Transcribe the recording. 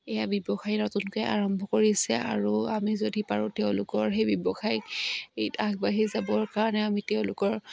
এয়া ব্যৱসায়ী নতুনকে আৰম্ভ কৰিছে আৰু আমি যদি পাৰোঁ তেওঁলোকৰ সেই ব্যৱসায়টিত আগবাঢ়ি যাবৰ কাৰণে আমি তেওঁলোকৰ